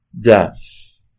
death